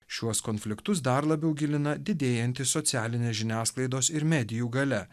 šiuos konfliktus dar labiau gilina didėjanti socialinės žiniasklaidos ir medijų galia